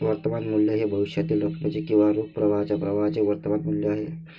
वर्तमान मूल्य हे भविष्यातील रकमेचे किंवा रोख प्रवाहाच्या प्रवाहाचे वर्तमान मूल्य आहे